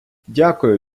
дякую